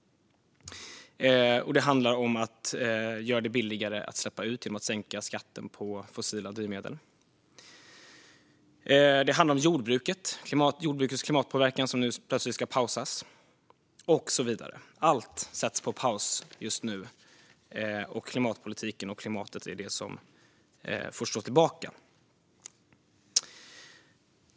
Det handlar om att göra det billigare att släppa ut genom att sänka skatten på fossila drivmedel. Det handlar om jordbrukets klimatpåverkan som nu plötsligt ska pausas och så vidare. Allt sätts på paus just nu. Klimatpolitiken och klimatet är det som får stå tillbaka.